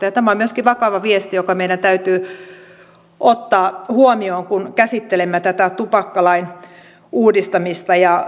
tämä on myöskin vakava viesti joka meidän täytyy ottaa huomioon kun käsittelemme tätä tupakkalain uudistamista